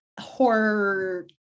horror